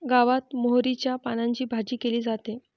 गावात मोहरीच्या पानांची भाजी केली जाते